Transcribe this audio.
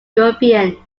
european